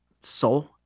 soul